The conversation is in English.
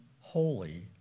holy